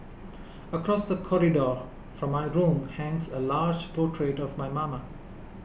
across the corridor from my room hangs a large portrait of my mama